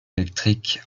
électriques